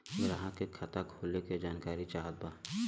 ग्राहक के खाता खोले के जानकारी चाहत बा?